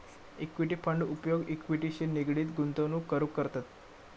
equity fund उपयोग इक्विटीशी निगडीत गुंतवणूक करूक करतत